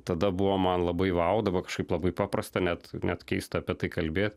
tada buvo man labai vau dabar kažkaip labai paprasta net net keista apie tai kalbėt